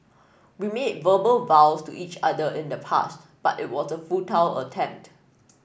we made verbal vows to each other in the past but it was a futile attempt